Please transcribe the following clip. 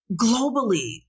globally